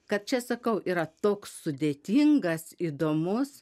kad čia sakau yra toks sudėtingas įdomus